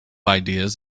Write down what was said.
ideas